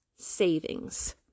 savings